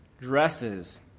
dresses